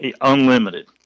Unlimited